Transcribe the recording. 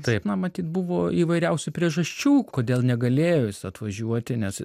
taip na matyt buvo įvairiausių priežasčių kodėl negalėjo jis atvažiuoti nes